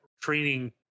training